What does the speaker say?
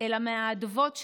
אלא מהאדוות שלה.